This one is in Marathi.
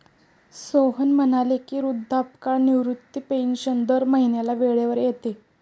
सोहन म्हणाले की, वृद्धापकाळ निवृत्ती पेन्शन दर महिन्याला वेळेवर येते